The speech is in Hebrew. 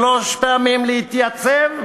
ושלוש פעמים להתייצב?